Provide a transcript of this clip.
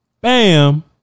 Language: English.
Bam